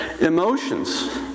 emotions